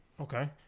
Okay